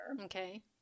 Okay